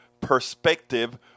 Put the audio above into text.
perspective